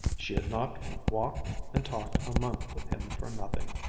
she had not walked and talked a month with him for nothing.